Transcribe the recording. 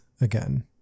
again